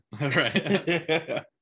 Right